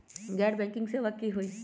गैर बैंकिंग सेवा की होई?